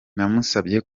namusabye